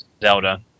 Zelda